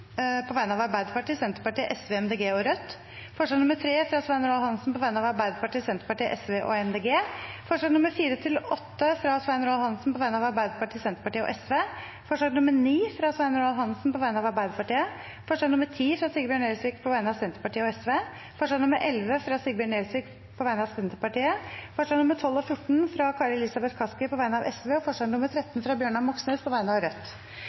på vegne av Arbeiderpartiet, Senterpartiet, Sosialistisk Venstreparti, Miljøpartiet De Grønne og Rødt forslag nr. 3, fra Svein Roald Hansen på vegne av Arbeiderpartiet, Senterpartiet, Sosialistisk Venstreparti og Miljøpartiet De Grønne forslagene nr. 4–8, fra Svein Roald Hansen på vegne av Arbeiderpartiet, Senterpartiet og Sosialistisk Venstreparti forslag nr. 9, fra Svein Roald Hansen på vegne av Arbeiderpartiet forslag nr. 10, fra Sigbjørn Gjelsvik på vegne av Senterpartiet og Sosialistisk Venstreparti forslag nr. 11, fra Sigbjørn Gjelsvik på vegne av Senterpartiet forslagene nr. 12 og 14, fra Kari Elisabeth Kaski på vegne av Sosialistisk Venstreparti forslag nr. 13, fra Bjørnar Moxnes på vegne av Rødt